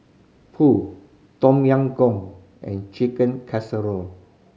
Pho Tom Yam Goong and Chicken Casserole